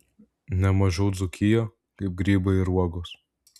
ne mažiau dzūkiją kaip grybai ir uogos